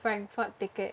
Frankfurt ticket